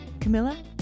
Camilla